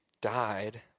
died